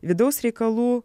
vidaus reikalų